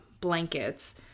blankets